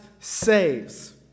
saves